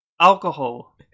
alcohol